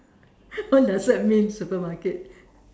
what does that mean supermarket